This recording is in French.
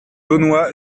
launois